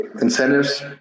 incentives